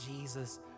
Jesus